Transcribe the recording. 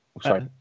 Sorry